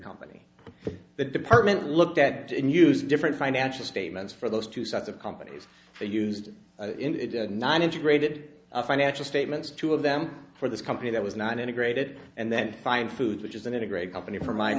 company the department looked at and used different financial statements for those two sets of companies they used in nine integrated financial statements two of them for this company that was not integrated and then find food which isn't a great company for m